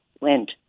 went